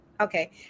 Okay